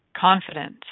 Confidence